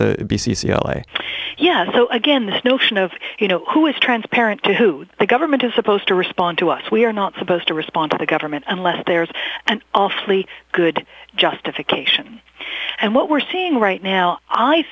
the b c c l a yes so again this notion of you know who is transparent to the government is supposed to respond to us we're not supposed to respond to the government unless there's an awfully good justification and what we're seeing right now i